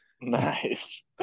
nice